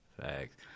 Facts